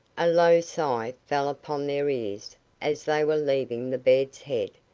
a low sigh fell upon their ears as they were leaving the bed's head,